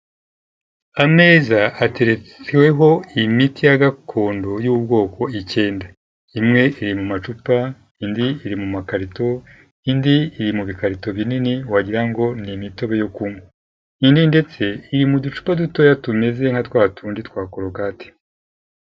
Ameza hateretsweho imiti ya gakondo y'ubwoko icyenda. Imwe iri mu macupa, indi iri mu makarito, indi iri mu bikarito binini wagira ngo ni imitobe yo kunywa, indi ndetse iri mu ducupa dutoya tumeze nka twa tundi twa korogate.